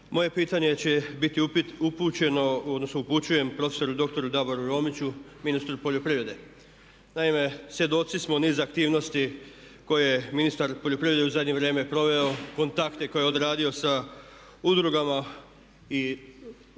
Moje pitanje će biti upućeno odnosno upućujem profesoru doktoru Davoru Romiću, ministru poljoprivrede. Naime, svjedoci smo niz aktivnosti koje je ministar poljoprivrede u zadnje vrijeme proveo, kontakte koje je odradio sa udrugama i